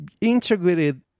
integrated